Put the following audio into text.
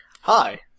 Hi